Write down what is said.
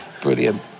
Brilliant